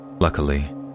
Luckily